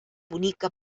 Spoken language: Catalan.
bonica